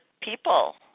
people